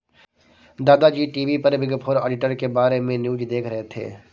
दादा जी टी.वी पर बिग फोर ऑडिटर के बारे में न्यूज़ देख रहे थे